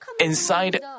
inside